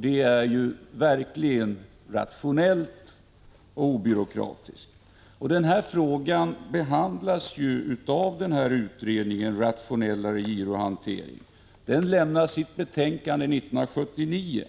Det är verkligen rationellt och obyråkratiskt. Den här frågan behandlades av utredningen Rationellare girohantering. Den lämnade sitt betänkande 1979,